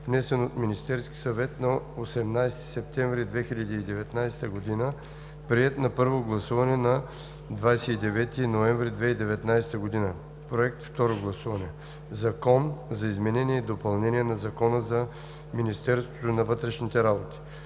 внесен от Министерския съвет на 18 септември 2019 г., приет на първо гласуване на 29 ноември 2019 г. Проект за второ гласуване. „Закон за изменение и допълнение на Закона за Министерството на вътрешните работи